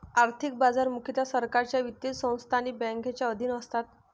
आर्थिक बाजार मुख्यतः सरकारच्या वित्तीय संस्था आणि बँकांच्या अधीन असतात